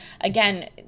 again